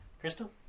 Crystal